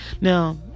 Now